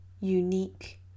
unique